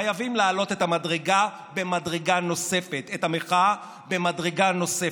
חייבים להעלות את המחאה מדרגה נוספת,